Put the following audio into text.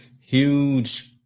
huge